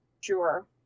sure